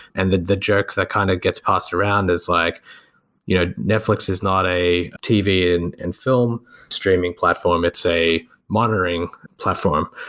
and the the jerk that kind of gets passed around is like you know netflix is not a tv and and film streaming platform. it's a monitoring platform,